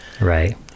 right